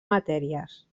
matèries